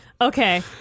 Okay